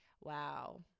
Wow